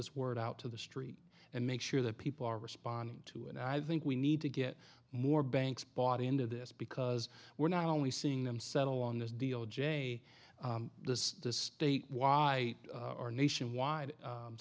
this word out to the street and make sure that people are responding to and i think we need to get more banks bought into this because we're not only seeing them settle on this deal jay this the state why are nationwide